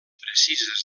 precises